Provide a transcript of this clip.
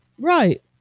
Right